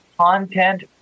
content